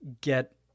get